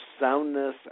soundness